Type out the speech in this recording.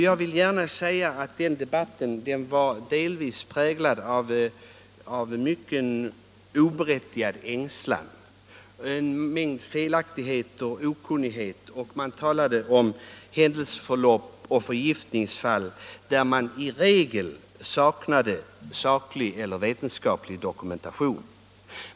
Jag vill gärna säga att den debatten var präglad av mycken oberättigad ängslan, av en mängd felaktigheter och av okunnighet. Man talade om händelseförlopp och förgiftningsfall trots att man i regel inte hade saklig eller vetenskaplig dokumentation.